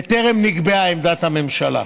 וטרם נקבעה עמדת ממשלה.